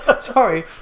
Sorry